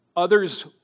Others